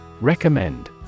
Recommend